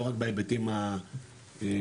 לא רק בהיבטים המבצעיים.